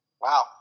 Wow